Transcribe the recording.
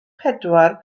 pedwar